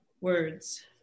words